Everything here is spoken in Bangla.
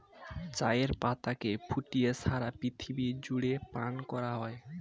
চায়ের পাতাকে ফুটিয়ে সারা পৃথিবী জুড়ে পান করা হয়